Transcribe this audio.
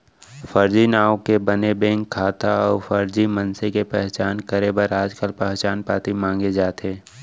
फरजी नांव के बने बेंक खाता अउ फरजी मनसे के पहचान करे बर आजकाल पहचान पाती मांगे जाथे